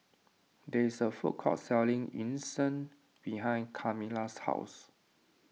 there is a food court selling Yu Sheng behind Camila's house